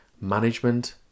Management